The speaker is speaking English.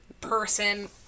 person